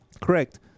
Correct